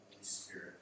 Spirit